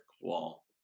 wall